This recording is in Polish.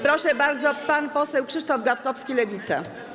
Proszę bardzo, pan poseł Krzysztof Gawkowski, Lewica.